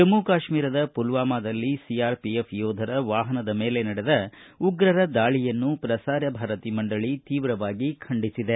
ಜಮ್ಮು ಕಾಶ್ಮೀರದ ಪುಲ್ವಾಮಾದಲ್ಲಿ CRPF ಯೋಧರ ವಾಹನದ ಮೇಲೆ ನಡೆದ ಉಗ್ರರ ದಾಳಿಯನ್ನು ಪ್ರಸಾರ ಭಾರತಿ ಮಂಡಳಿ ತೀವ್ರವಾಗಿ ಖಂಡಿಸಿದೆ